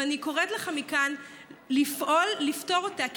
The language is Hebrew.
ואני קוראת לך מכאן לפעול לפתור אותה.